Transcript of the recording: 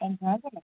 पंजाह रुपिया लॻंदा